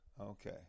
okay